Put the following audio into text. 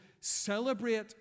celebrate